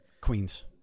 Queens